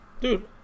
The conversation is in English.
Dude